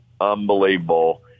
unbelievable